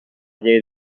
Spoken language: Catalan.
llei